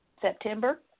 September